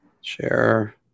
Share